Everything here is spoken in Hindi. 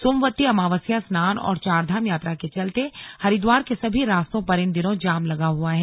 सोमवती अमावस्या स्नान और चारधाम यात्रा के चलते हर्दिवार के सभी रास्तों पर इन दिनों जाम लगा हुआ है